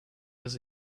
was